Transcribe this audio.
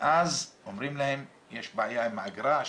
אומרים להם שיש בעיה עם האגרה,